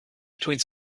between